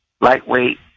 lightweight